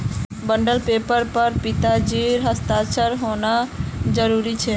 bond पेपरेर पर पिताजीर हस्ताक्षर होना जरूरी छेक